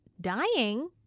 dying